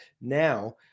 Now